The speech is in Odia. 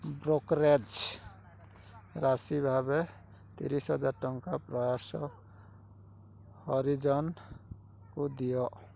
ବ୍ରୋକରେଜ୍ ରାଶି ଭାବେ ତିରିଶହଜାର ଟଙ୍କା ପ୍ରୟାସ ହରିଜନଙ୍କୁ ଦିଅ